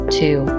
two